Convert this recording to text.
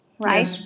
Right